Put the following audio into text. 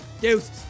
Deuces